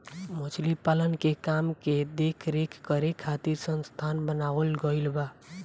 मछली पालन के काम के देख रेख करे खातिर संस्था बनावल गईल बा